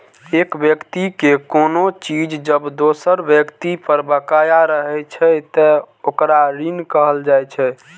एक व्यक्ति के कोनो चीज जब दोसर व्यक्ति पर बकाया रहै छै, ते ओकरा ऋण कहल जाइ छै